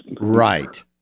Right